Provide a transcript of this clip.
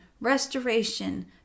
restoration